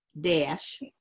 dash